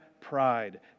pride